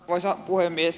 arvoisa puhemies